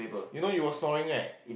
you know you were snoring right